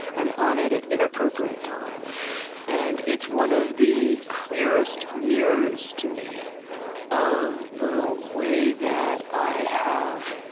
i'm on it at inappropriate times and it's one of the clearest mirrors to me of the way that i have